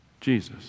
Jesus